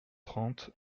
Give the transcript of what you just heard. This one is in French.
trente